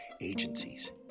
agencies